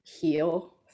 heal